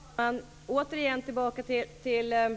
Fru talman! Återigen tillbaka till